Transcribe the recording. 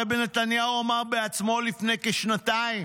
הרי נתניהו אמר בעצמו לפני כשנתיים: